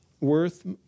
worth